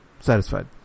satisfied